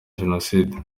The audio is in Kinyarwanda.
jenoside